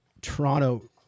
Toronto